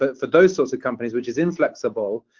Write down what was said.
but for those sorts of companies, which is inflexible,